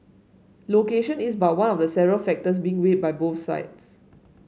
location is but one of several factors been weighed by both sides